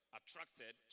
attracted